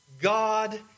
God